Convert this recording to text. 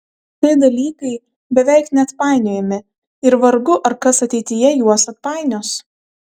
tai dalykai beveik neatpainiojami ir vargu ar kas ateityje juos atpainios